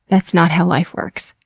that's not how life works,